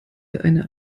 eine